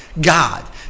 God